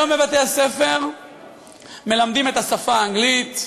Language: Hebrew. היום בבתי-הספר מלמדים את השפה האנגלית.